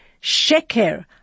sheker